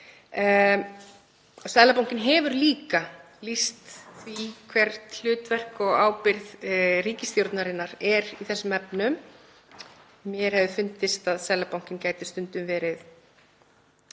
Seðlabankinn hefur líka lýst því hvert hlutverk og ábyrgð ríkisstjórnarinnar er í þessum efnum. Mér hefði fundist að Seðlabankinn gæti stundum verið